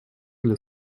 для